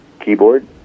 keyboard